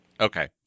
Okay